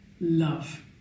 love